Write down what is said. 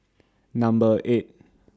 Number eight